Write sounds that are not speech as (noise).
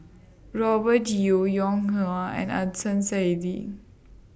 Robert Yeo Ong Ah Hoi and (unintelligible) Saidi